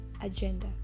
agenda